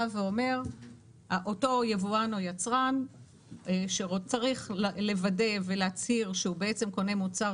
בא ואומר שאותו יבואן או יצרן שצריך לוודא ולהצהיר שהוא בעצם קונה מוצר